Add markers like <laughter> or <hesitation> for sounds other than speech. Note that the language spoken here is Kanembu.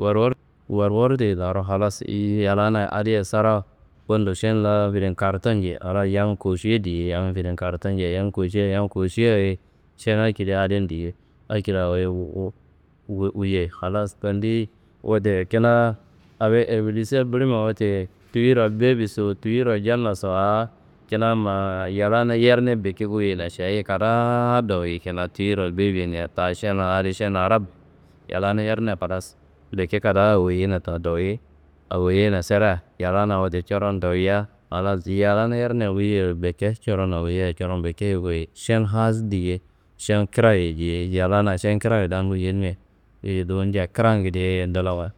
wawar wawartei laro halas yallanayi adiye sarawu. Bundo, šen la filim karton njei a la yam košiye diye, yam filim karton njei yam košiye, yam košiyaye šen akedia adin diye, akedi awo <hesitation> wuyei halas. Tendiyi wote kina awo evelisiyon bulim wote tuyura bebiso tuyura jannaso a kuna ma yallana yerne bike koyiyeina šaye kadaa dowoi kuna tuyural bebi nja ta šen adi šen arab. Yallana yerne halas bike kada awoyeina da dowoi. Awoyeina serea yallana wote coron dowoia. Halas yallana yerne wuyei bike coron awoyeia coron bike goyei, šen haas diye, šen kraye ye diye. Yallana šen kraye daangun yendimia wuyei dowo nja krangedeye dlawo.